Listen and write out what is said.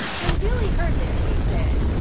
when billy heard this he said,